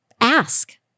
ask